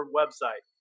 website